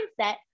mindset